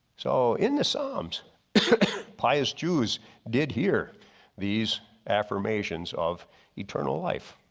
so in the psalms pious jews did hear these affirmations of eternal life,